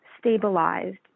stabilized